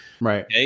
Right